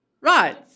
right